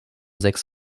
sechs